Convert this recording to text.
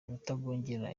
rutagungira